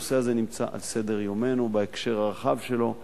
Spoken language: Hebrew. הנושא הזה נמצא על סדר-יומנו בהקשר הרחב שלו.